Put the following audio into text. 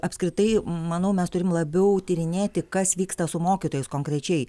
apskritai manau mes turim labiau tyrinėti kas vyksta su mokytojais konkrečiai